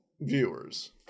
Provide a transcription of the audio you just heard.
viewers